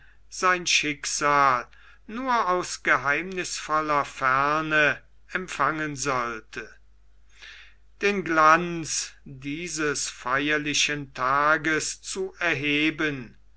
sein schicksal nur aus geheimnißvoller ferne empfangen sollte den glanz dieses feierlichen tages zu erheben